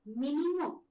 minimum